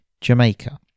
Jamaica